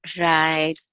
right